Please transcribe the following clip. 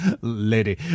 lady